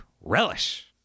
relish